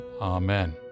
Amen